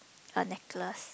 a necklace